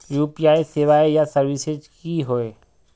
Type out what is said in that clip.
UPI सेवाएँ या services की होय?